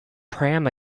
pram